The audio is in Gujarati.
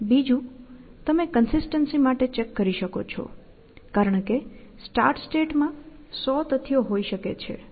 બીજું તમે કન્સિસ્ટન્સી માટે ચેક કરી શકો છો કારણ કે સ્ટાર્ટ સ્ટેટ માં 100 તથ્યો હોઈ શકે છે